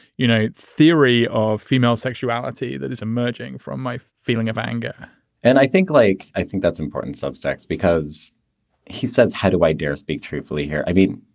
you know, theory of female sexuality that is emerging from my feeling of anger and i think like i think that's important subsect, because he says, how do i dare speak truthfully here? i mean,